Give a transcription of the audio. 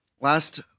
last